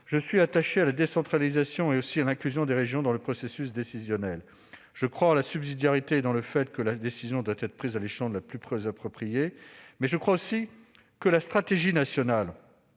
Je suis attaché à la décentralisation, ainsi qu'à l'inclusion des régions dans le processus décisionnel. Je crois en la subsidiarité, c'est-à-dire le principe imposant que la décision soit prise à l'échelon le plus approprié, mais je crois aussi que la stratégie nationale